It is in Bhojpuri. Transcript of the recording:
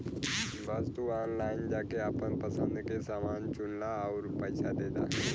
बस तू ऑनलाइन जाके आपन पसंद के समान चुनला आउर पइसा दे दा